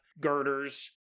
girders